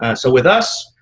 ah so with us,